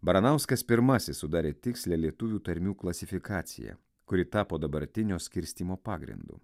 baranauskas pirmasis sudarė tikslią lietuvių tarmių klasifikaciją kuri tapo dabartinio skirstymo pagrindu